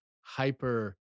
hyper